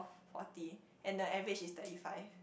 forty and the average is thirty five